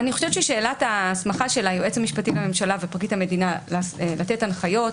שאלת ההסמכה של היועץ המשפטי לממשלה ופרקליט המדינה לתת הנחיות,